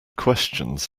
questions